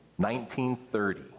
1930